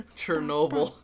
Chernobyl